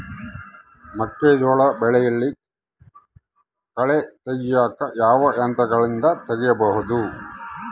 ಮೆಕ್ಕೆಜೋಳ ಬೆಳೆಯಲ್ಲಿ ಕಳೆ ತೆಗಿಯಾಕ ಯಾವ ಯಂತ್ರಗಳಿಂದ ತೆಗಿಬಹುದು?